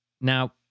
now